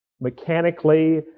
mechanically